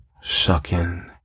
Sucking